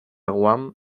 guam